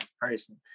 person